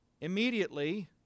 Immediately